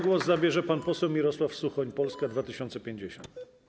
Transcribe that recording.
Głos zabierze pan poseł Mirosław Suchoń, Polska 2050.